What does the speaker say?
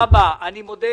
אני מודה